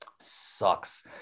Sucks